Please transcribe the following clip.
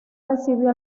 recibió